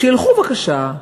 שילכו בבקשה,